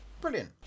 Brilliant